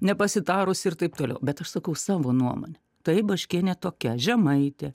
nepasitarus ir taip toliau bet aš sakau savo nuomonę taip baškienė tokia žemaitė